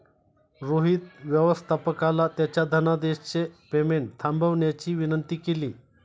रोहित व्यवस्थापकाला त्याच्या धनादेशचे पेमेंट थांबवण्याची विनंती केली